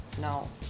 No